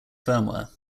firmware